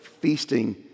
feasting